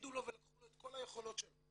הורידו לו ולקחו לו את כל היכולות שלו.